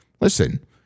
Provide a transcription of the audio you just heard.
listen